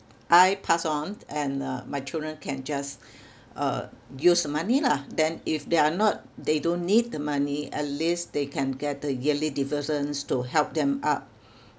I pass on and uh my children can just uh use the money lah then if they are not they don't need the money at least they can get the yearly dividends to help them up